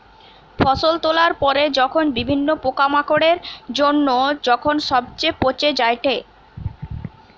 ফসল তোলার পরে যখন বিভিন্ন পোকামাকড়ের জন্য যখন সবচে পচে যায়েটে